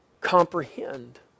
comprehend